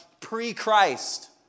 pre-Christ